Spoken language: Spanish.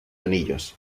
anillos